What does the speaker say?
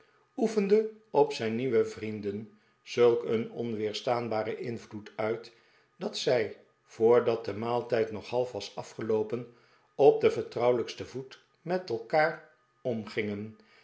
oefenden op zijn nieuwe vrienden zulk een onweerstaanbaren invloed uit dat zij voordat de maaltijd nog half was afgeloopen op den vertrouwelijksten voet met elkaar omgingen